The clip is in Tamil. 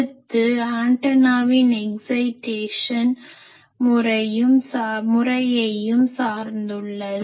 அடுத்து ஆன்டனாவின் எக்ஸைடேஷன் method of excitation கிளர்வூட்டும் முறை முறையையும் சார்ந்துள்ளது